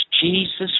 Jesus